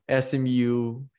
SMU